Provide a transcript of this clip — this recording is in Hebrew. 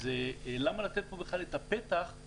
אז למה לתת פה בכלל את הפתח לכל מיני הגדרות עקומות?